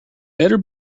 better